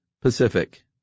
Pacific